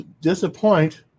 disappoint